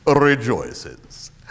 rejoices